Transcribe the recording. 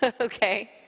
okay